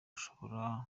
ashobora